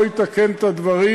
לא יתקן את הדברים,